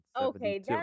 Okay